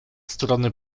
strony